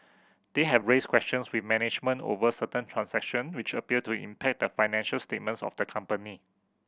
they have raised questions with management over certain transaction which appear to impact the financial statements of the company